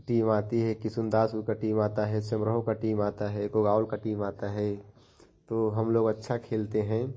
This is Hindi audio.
टीम आती है कृष्ण दास वह का टीम आता है सभरऊ का टीम आता है कोई और का टीम आता है तो हम लोग अच्छा खेलते हैं